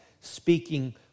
speaking